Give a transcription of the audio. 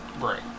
right